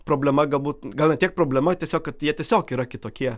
problema galbūt gal ne tiek problema tiesiog kad jie tiesiog yra kitokie